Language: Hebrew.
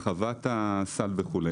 הרחבת הסל וכו',